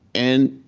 and